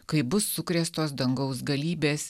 kai bus sukrėstos dangaus galybės